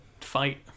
fight